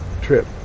trip